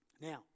Now